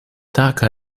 dhaka